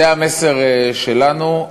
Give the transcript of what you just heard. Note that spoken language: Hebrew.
זה המסר שלנו.